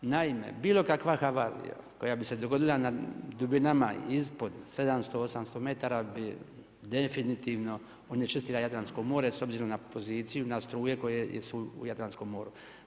Naime, bilo kakva havarija koja bi se dogodila na dubinama ispod 700, 800 metara bi definitivno onečistila Jadransko more s obzirom na poziciju, na struje koje su u Jadranskom moru.